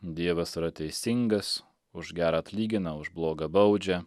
dievas yra teisingas už gerą atlygina už blogą baudžia